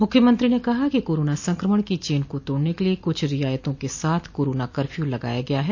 मुख्यमंत्री ने कहा कि कोरोना संक्रमण की चेन को तोड़ने के लिये कुछ रियायतों के साथ कोरोना कर्फ्यू लगाया गया है